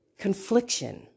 confliction